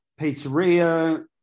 pizzeria